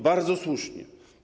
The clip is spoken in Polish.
Bardzo słusznie.